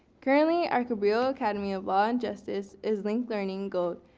currently, our cabrillo academy of law and justice, is linked learning gold,